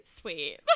sweet